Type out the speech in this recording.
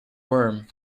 worm